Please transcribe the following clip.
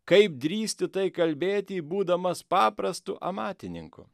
kaip drįsti tai kalbėti būdamas paprastu amatininku